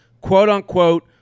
quote-unquote